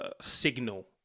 signal